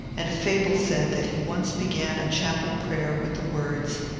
and a fable said that he once began a chapel prayer with the words,